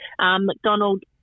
McDonald